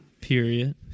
Period